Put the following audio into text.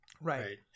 right